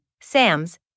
SAMS